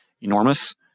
enormous